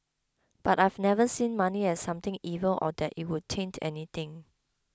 but I've never seen money as something evil or that it would taint anything